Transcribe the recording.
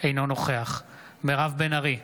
אינו נוכח מירב בן ארי,